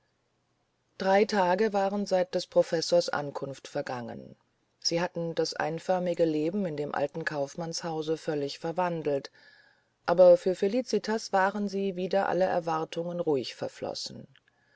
drei tage waren seit des professors ankunft vergangen sie hatten das einförmige leben in dem alten kaufmannshause völlig verwandelt aber für felicitas waren sie wider alles erwarten ruhig verflossen